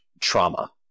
trauma